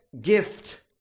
gift